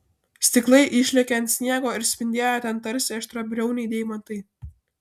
stiklai išlėkė ant sniego ir spindėjo ten tarsi aštriabriauniai deimantai